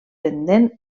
pendent